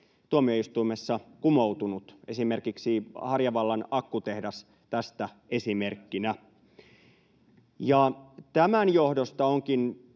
tuomioistuimessa kumoutunut, esimerkiksi Harjavallan akkutehdas tästä esimerkkinä. Tämän johdosta onkin